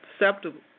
acceptable